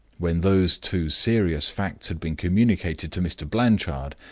when those two serious facts had been communicated to mr. blanchard,